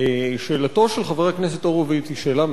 שאלתו של חבר הכנסת הורוביץ היא שאלה מאוד מאוד חשובה.